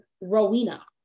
Rowena